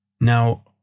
Now